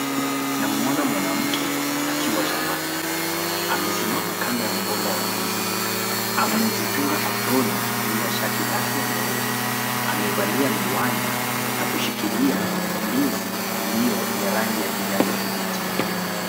Namuona mwanamke, akiwa shambani. Amesimama kando ya mgomba wa ndizi, amejifunga aproni juu ya shati lake leupe. Amevalia miwani, na kushikilia ndizi, iliyo ya rangi ya kijani kibichi.